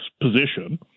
position